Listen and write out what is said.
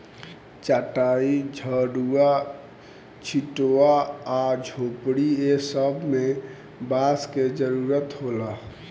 चाटाई, झउवा, छित्वा आ झोपड़ी ए सब मे बांस के जरुरत होला